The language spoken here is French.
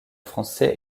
français